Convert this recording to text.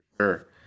sure